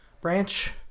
branch